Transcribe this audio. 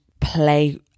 play